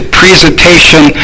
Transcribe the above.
presentation